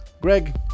Greg